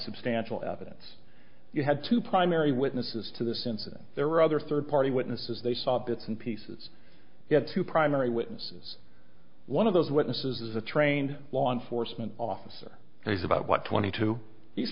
substantial evidence you had two primary witnesses to this incident there were other third party witnesses they saw bits and pieces you had two primary witnesses one of those witnesses is a trained law enforcement officer and he's about what twenty two he's